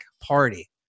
party